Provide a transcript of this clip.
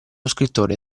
scrittore